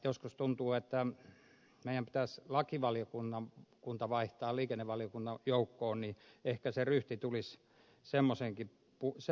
joskus tuntuu että meidän pitäisi lakivaliokunta laittaa liikennevaliokunnan joukkoon niin ehkä se ryhti tulisi semmoisellekin puolelle